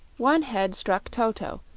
one head struck toto,